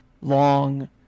long